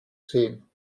sehen